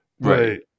Right